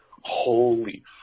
Holy